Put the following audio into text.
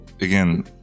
again